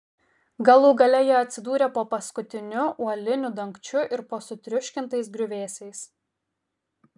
galų gale jie atsidūrė po paskutiniu uoliniu dangčiu ir po sutriuškintais griuvėsiais